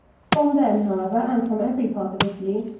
from them, however, and from every part of italy,